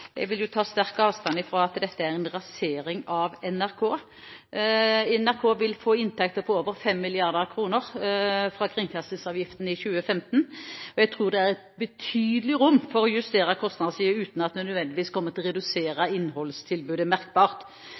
NRK vil få inntekter på over 5 mrd. kr fra kringkastingsavgiften i 2015, og jeg tror det er et betydelig rom for å justere kostnadssiden, uten at en nødvendigvis kommer til å redusere innholdstilbudet merkbart.